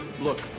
Look